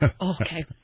Okay